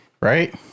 right